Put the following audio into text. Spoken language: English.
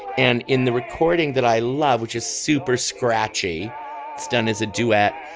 and in the recording that i love which is super scratchy it's done as a duet.